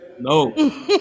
No